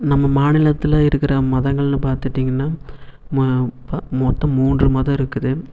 நம்ம மாநிலத்தில் இருக்கிற மதங்கள்னு பார்த்துட்டிங்கனா ம ப மொத்தம் மூன்று மதம் இருக்குது